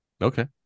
Okay